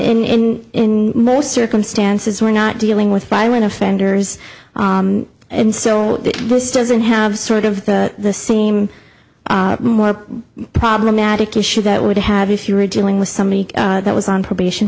probation in most circumstances we're not dealing with violent offenders and so this doesn't have sort of the same more problematic issue that would have if you were dealing with somebody that was on probation